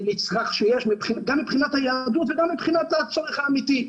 גם מבחינת היהדות וגם מבחינת הערך האמיתי.